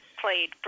played